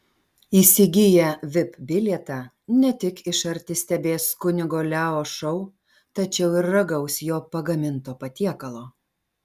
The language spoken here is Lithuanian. įsigiję vip bilietą ne tik iš arti stebės kunigo leo šou tačiau ir ragaus jo pagaminto patiekalo